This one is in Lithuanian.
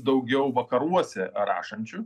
daugiau vakaruose rašančių